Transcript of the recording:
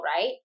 right